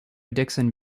dixon